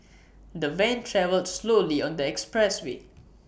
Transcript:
the van travelled slowly on the expressway